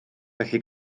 felly